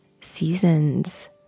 seasons